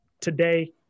today